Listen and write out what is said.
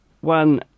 One